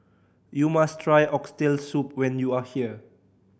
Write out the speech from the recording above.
you must try Oxtail Soup when you are here